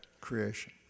creation